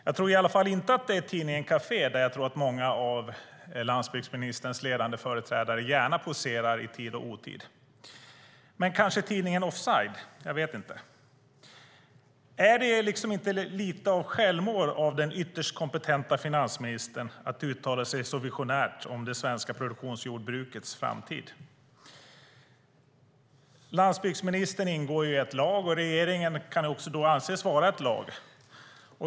Jag tror i alla fall inte att det är tidningen Café, där jag tror att många av landsbygdsministerns ledande företrädare gärna poserar i tid och otid. Men kanske är det tidningen Offside? Jag vet inte. Är det inte lite självmål av den ytterst kompetenta finansministern att uttala sig så visionärt om det svenska produktionsjordbrukets framtid? Landsbygdsministern ingår i ett lag, och regeringen kan också anses vara ett lag.